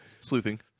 sleuthing